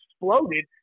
exploded